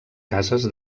cases